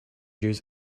use